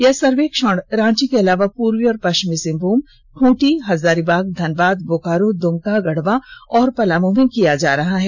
यह सर्वेक्षण रांची के अलावा पूर्वी और पष्विमी सिंहभूम खूंटी हजारीबाग धनबाद बोकारो दुमका गढ़वा और पलामू में किया जा रहा है